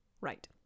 Right